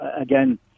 again